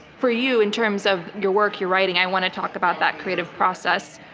for you, in terms of your work, your writing, i want to talk about that creative process.